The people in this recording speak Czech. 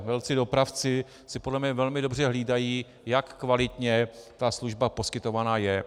Velcí dopravci si podle mě velmi dobře hlídají, jak kvalitně ta služba poskytovaná je.